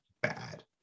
bad